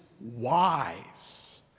wise